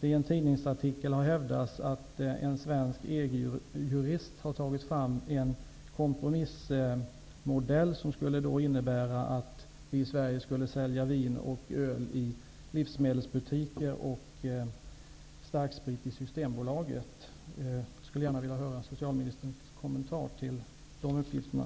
det i en tidningsartikel har hävdats att en svensk EG-jurist tagit fram en kompromissmodell som innebär att vi i Sverige skulle sälja vin och öl i livsmedelsbutiker och starksprit via Systembolaget. Jag skulle gärna vilja höra socialministerns kommentar till de uppgifterna.